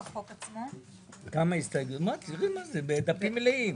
ההסתייגויות של חבר הכנסת בליאק.